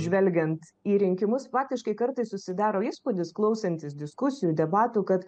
žvelgiant į rinkimus faktiškai kartais susidaro įspūdis klausantis diskusijų debatų kad